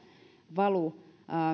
valu